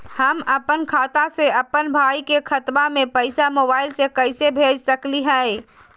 हम अपन खाता से अपन भाई के खतवा में पैसा मोबाईल से कैसे भेज सकली हई?